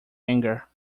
anger